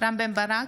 רם בן ברק,